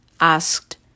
asked